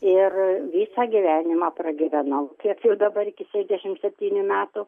ir visą gyvenimą pragyvenau kiek ir dabar iki šešiasdešimt septynių metų